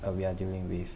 uh we are dealing with